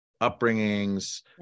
upbringings